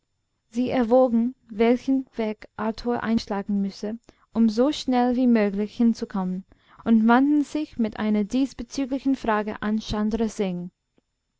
sie erwogen welchen weg arthur einschlagen müsse um so schnell wie möglich hinzukommen und wandten sich mit einer diesbezüglichen frage an